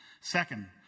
Second